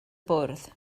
bwrdd